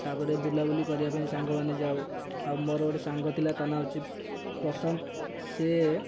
ତା'ପରେ ବୁଲାବୁଲି କରିବା ପାଇଁ ସାଙ୍ଗମାନେ ଯାଉ ଆଉ ମୋର ଗୋଟେ ସାଙ୍ଗ ଥିଲା ତା ନାଁ ହେଉଛି ପ୍ରଶନ୍ତ ସେ